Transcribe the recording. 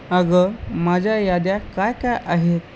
अगं माझ्या याद्या काय काय आहेत